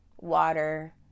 water